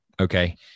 okay